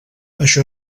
això